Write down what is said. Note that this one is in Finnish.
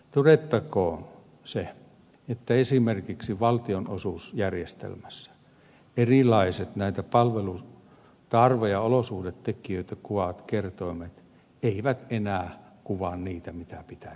todettakoon se että esimerkiksi valtionosuusjärjestelmässä erilaiset näitä palvelutarve ja olosuhdetekijöitä kuvaavat kertoimet eivät enää kuvaa niitä mitä pitäisi kuvata